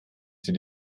sie